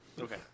Okay